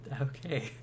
Okay